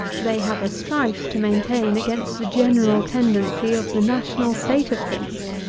they have a strife to maintain against the general tendency of the national state of things.